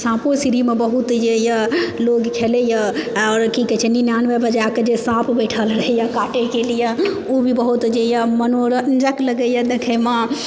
साँपो सीढ़ीमे बहुत जे यऽ लोग खेलैए आओर की कहै छै निन्यानवे पर जा कऽ जे साँप बैठल रहैया काटैके लियऽ ओ भी बहुत जे यऽ मनोरञ्जक लगैए देखैमे